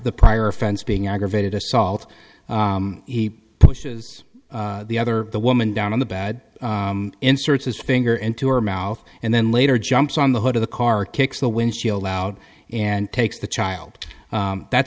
the prior offense being aggravated assault he pushes the other the woman down the bad inserts his finger into her mouth and then later jumps on the hood of the car kicks the wind chill out and takes the child that